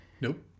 Nope